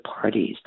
parties